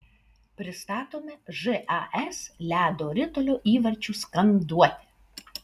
pristatome žas ledo ritulio įvarčių skanduotę